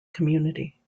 community